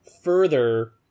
further